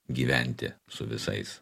gyventi su visais